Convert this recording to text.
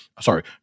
Sorry